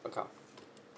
account